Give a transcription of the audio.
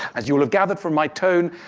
as you will have gathered from my tone,